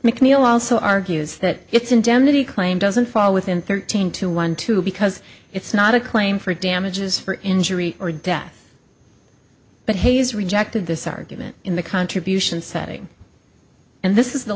mcneil also argues that its indemnity claim doesn't fall within thirteen to one two because it's not a claim for damages for injury or death but has rejected this argument in the contribution setting and this is the